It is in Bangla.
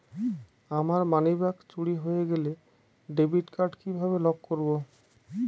আমার মানিব্যাগ চুরি হয়ে গেলে ডেবিট কার্ড কিভাবে লক করব?